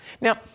Now